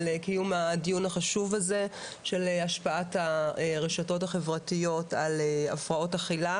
על קיום הדיון החשוב הזה של השפעת הרשתות החברתיות על הפרעות אכילה